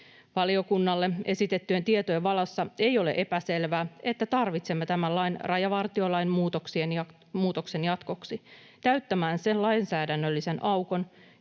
Valiokunnalle esitettyjen tietojen valossa ei ole epäselvää, että tarvitsemme tämän lain rajavartiolain muutoksien jatkoksi täyttämään sen lainsäädännöllisen aukon,